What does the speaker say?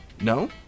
no